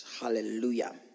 Hallelujah